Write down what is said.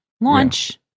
launch